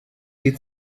die